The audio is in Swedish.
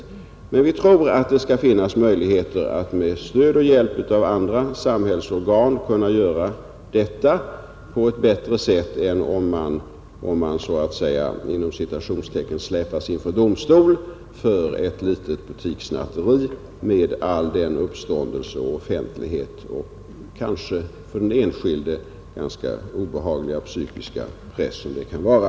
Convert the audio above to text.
Vi tror att det skall finnas möjligheter att med stöd och hjälp av andra samhällsorgan kunna göra detta på ett bättre sätt än genom att de ”släpas inför domstol” för ett litet butikssnatteri med all den uppståndelse, offentlighet och kanske för den enskilde ganska obehagliga psykiska press det kan medföra.